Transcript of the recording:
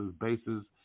bases